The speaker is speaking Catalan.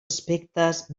aspectes